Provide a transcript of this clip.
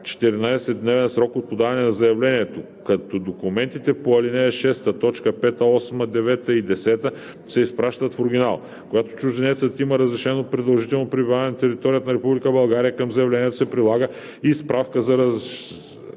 14-дневен срок от подаване на заявлението, като документите по ал. 6, т. 5, 8, 9 и 10 се изпращат в оригинал. Когато чужденецът има разрешено продължително пребиваване на територията на Република България, към заявлението се прилага и справка за